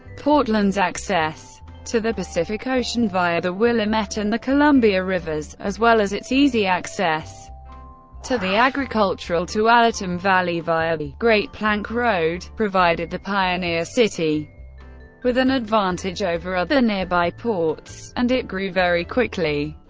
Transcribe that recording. portland's access to the pacific ocean via the willamette and the columbia rivers, as well as its easy access to the agricultural tualatin valley via the great plank road, provided the pioneer city with an advantage over other nearby ports, and it grew very quickly.